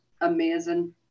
amazing